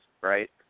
right